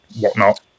whatnot